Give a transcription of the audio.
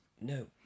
No